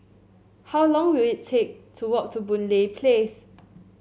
how long will it take to walk to Boon Lay Place